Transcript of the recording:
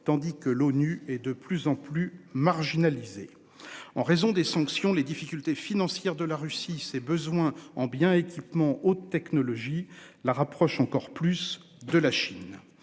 tandis que l'ONU et de plus en plus marginalisée. En raison des sanctions les difficultés financières de la Russie ses besoins en biens équipements haute technologie la rapproche encore plus de la Chine.